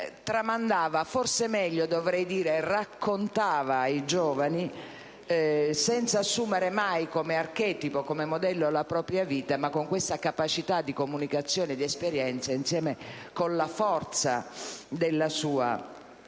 tramandava, o meglio, raccontava ai giovani, senza mai assumere come archetipo e modello la propria vita, ma con questa capacità di comunicazione di esperienza, insieme alla forza della sua